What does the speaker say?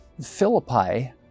Philippi